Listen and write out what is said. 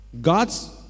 God's